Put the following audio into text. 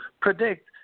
predict